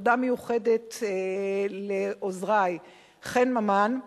תודה מיוחדת לעוזרי חן ממן,